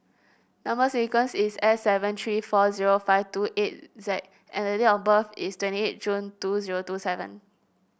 number sequence is S seven three four zero five two eight Z and the date of birth is twenty eight June two zero two seven